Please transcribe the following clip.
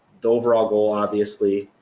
the overall goal obviously,